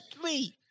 three